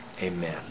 Amen